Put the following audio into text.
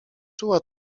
czuła